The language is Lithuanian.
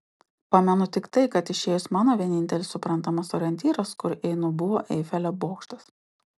pamenu tik tai kad išėjus mano vienintelis suprantamas orientyras kur einu buvo eifelio bokštas